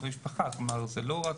המנכ"ל.